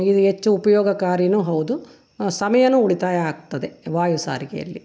ಇದು ಹೆಚ್ಚು ಉಪಯೋಗಕಾರಿನೂ ಹೌದು ಸಮಯನೂ ಉಳಿತಾಯ ಆಗ್ತದೆ ಈ ವಾಯು ಸಾರಿಗೆಯಲ್ಲಿ